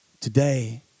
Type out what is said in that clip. today